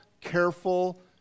careful